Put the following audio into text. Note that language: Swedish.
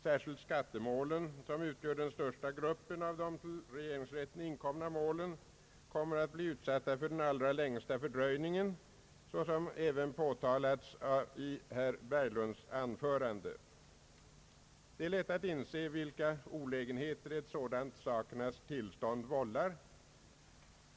Särskilt skattemålen, som utgör den största gruppen av de till regeringsrätten inkomna målen, kommer att bli utsatta för den allra längsta fördröjningen — såsom även påtalades i herr Berglunds anförande. Det är lätt att inse vilka olägenheter ett sådant sakernas tillstånd vållar.